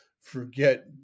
forget